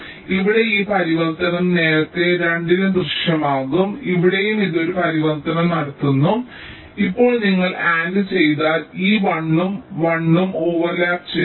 അതിനാൽ ഇവിടെ ഈ പരിവർത്തനം നേരത്തെ 2 ന് ദൃശ്യമാകും അതിനാൽ ഇവിടെയും ഇത് ഒരു പരിവർത്തനം നടത്തുന്നു അതിനാൽ ഇപ്പോൾ നിങ്ങൾ AND ചെയ്താൽ ഈ 1 ഉം 1 ഉം ഓവർലാപ്പ് ചെയ്യും